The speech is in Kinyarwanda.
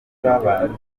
babanza